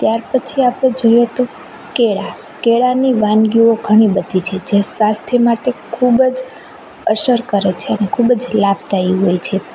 ત્યાર પછી આપણે જોઈએ તો કેળા કેળાની વાનગીઓ ઘણી બધી છે જે સ્વાસ્થ્ય માટે ખૂબ જ અસર કરે છે ખૂબ જ લાભદાયી હોય છે